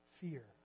fear